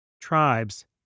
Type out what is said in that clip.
Tribes